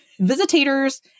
visitators